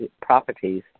properties